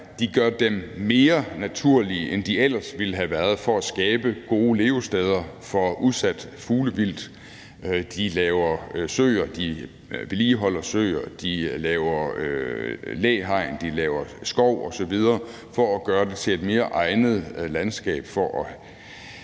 gør dem mere naturlige, end de ellers ville have været, for at skabe gode levesteder for udsat fuglevildt. De laver og vedligeholder søer, de laver læhegn, de laver skov osv. for at gøre det til et mere egnet landskab i